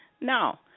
No